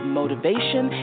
motivation